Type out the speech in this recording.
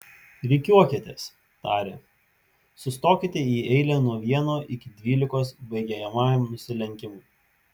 rikiuokitės tarė sustokite į eilę nuo vieno iki dvylikos baigiamajam nusilenkimui